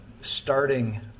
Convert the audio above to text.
starting